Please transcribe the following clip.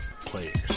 Players